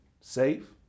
safe